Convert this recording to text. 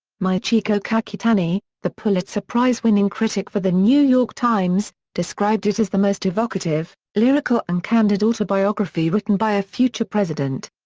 michiko kakutani, the pulitzer prize-winning critic for the new york times, described it as the most evocative, lyrical and candid autobiography written by a future president.